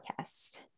Podcast